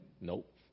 Nope